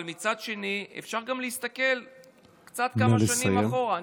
אבל מצד שני, אפשר גם להסתכל כמה שנים אחורה.